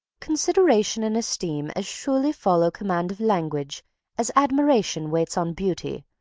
consideration and esteem as surely follow command of language as admiration waits on beauty,